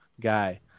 guy